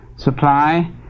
...supply